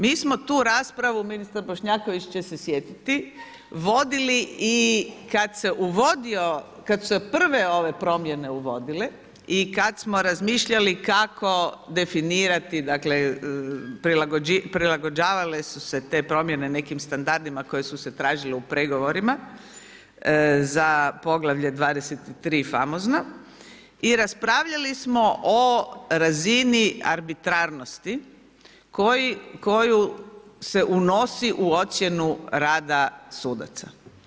Mi smo tu raspravu, ministar Bošnjaković će se sjetiti, vodili i kada su se prve ove promjene uvodile i kada smo razmišljali kako definirati dakle prilagođavale su se te promjene nekim standardima koji su se tražili u pregovorima za poglavlje 23. famozna i raspravljali smo o razini arbitrarnosti koja se unosi u ocjenu rada sudaca.